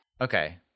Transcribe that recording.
Okay